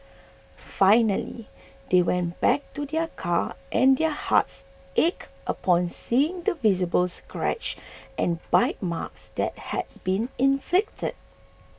finally they went back to their car and their hearts ached upon seeing the visible scratches and bite marks that had been inflicted